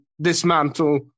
dismantle